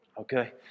Okay